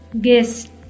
guest